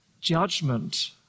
Judgment